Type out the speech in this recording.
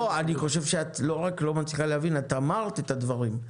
את לא רק לא מצליחה להבין, את אמרת את הדברים.